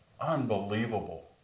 unbelievable